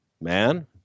man